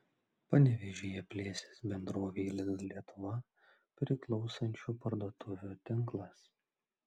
panevėžyje plėsis bendrovei lidl lietuva priklausančių parduotuvių tinklas